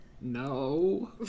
No